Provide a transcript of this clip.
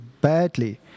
badly